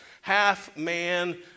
half-man